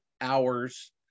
hours